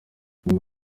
imwe